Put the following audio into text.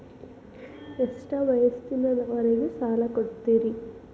ಎಷ್ಟ ವಯಸ್ಸಿನವರಿಗೆ ಸಾಲ ಕೊಡ್ತಿರಿ?